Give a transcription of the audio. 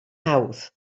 hawdd